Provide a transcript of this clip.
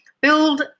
Build